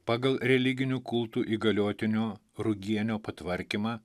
pagal religinių kultų įgaliotinio rugienio patvarkymą